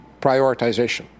prioritization